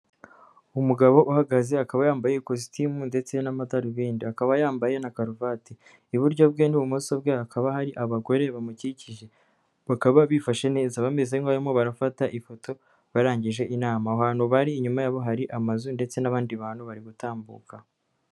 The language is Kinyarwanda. Umugabo uhagaze akaba yambaye ikositimu ndetse n'amadarubindi, akaba yambaye na karuvati iburyo bwe n'ibumoso bwe hakaba hari abagore bamukikije, bakaba bifashe neza bameze nk'abarimo barafata ifoto barangije inama ahantu, bari inyuma yabo hari amazu ndetse n'abandi bantu bari gutambuka.